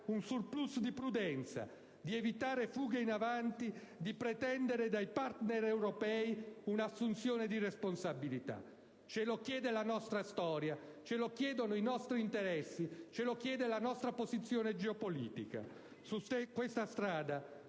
un *surplus* di prudenza, di evitare fughe in avanti, di pretendere dai *partner* europei una assunzione di responsabilità. Ce lo chiede la nostra storia. Ce lo chiedono i nostri interessi. Ce lo chiede la nostra posizione geopolitica. Su questa strada